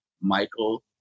Michael